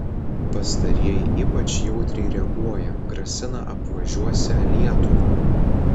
pastarieji ypač jautriai reaguoja grasina apvažiuosią lietuvą